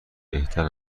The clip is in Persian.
بهتر